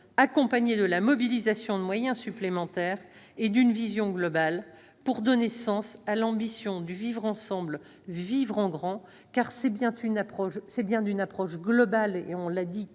accompagnée de la mobilisation de moyens supplémentaires et d'une vision globale susceptible de donner sens à l'ambition du « vivre ensemble, vivre en grand »; car c'est bien par une approche globale- nous l'avons dit,